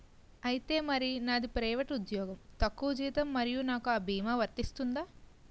ఐతే మరి నాది ప్రైవేట్ ఉద్యోగం తక్కువ జీతం మరి నాకు అ భీమా వర్తిస్తుందా?